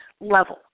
level